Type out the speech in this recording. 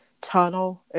tunnel